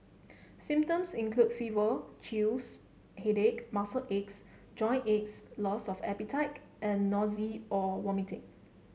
symptoms include fever chills headache muscle aches joint aches loss of appetite and nausea or vomiting